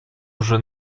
уже